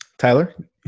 Tyler